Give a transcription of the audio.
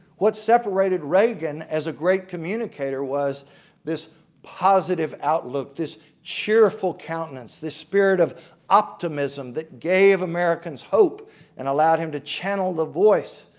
what separated reagan as a great communicator was this positive outlook, this cheerful countenance, the spirit of optimism that gave americans hope and allowed him to channel the voice,